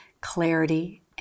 clarity